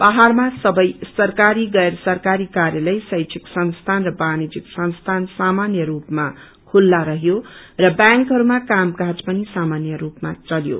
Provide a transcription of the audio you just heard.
पहाड़मा सबै सरकारी गैर सरकारी कार्यलय शैबणिक संस्थान र वाणिज्यीक संस्थान सामान्य रूपमा खुल्ला रहयो र ब्यांकहरूमा काम काज पनि सामान्य रूपमा चल्यो